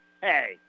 Hey